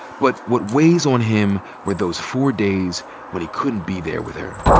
but what weighs on him were those four days when he couldn't be there with her.